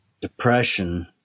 depression